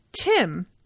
Tim